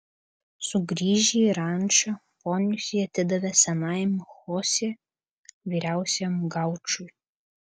sugrįžę į rančą ponius jie atidavė senajam chosė vyriausiajam gaučui